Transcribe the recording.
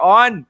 on